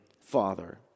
father